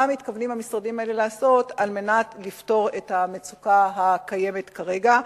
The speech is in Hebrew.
מה מתכוונים המשרדים האלה לעשות על מנת לפתור את המצוקה הקיימת כרגע.